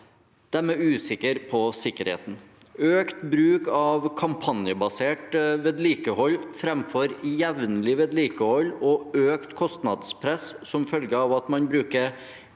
De er usikre på sikkerheten. Økt bruk av kampanjebasert vedlikehold framfor jevnlig vedlikehold og økt kostnadspress som følge av at man bruker